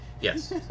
Yes